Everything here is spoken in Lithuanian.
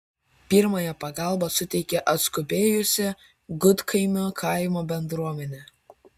pirmąją pagalbą suteikė atskubėjusi gudkaimio kaimo bendruomenė